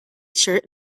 shirt